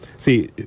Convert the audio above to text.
See